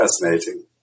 fascinating